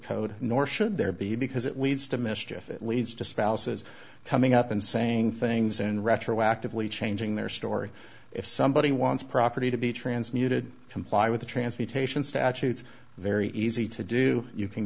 code nor should there be because it leads to mischief it leads to spouses coming up and saying things and retroactively changing their story if somebody wants property to be transmitted comply with the transportation statutes very easy to do you can